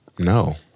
No